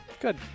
good